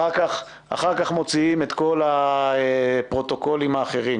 אחר כך מוציאים את כל הפרוטוקולים האחרים.